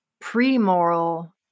pre-moral